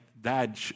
Dad